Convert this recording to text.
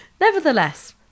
nevertheless